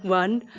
one,